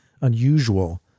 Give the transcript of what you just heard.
unusual